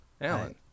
Alan